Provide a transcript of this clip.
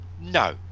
No